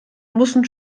mussten